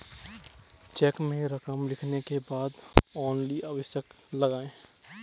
check में रकम लिखने के बाद ओन्ली अवश्य लगाएँ